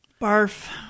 barf